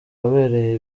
wabereye